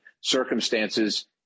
circumstances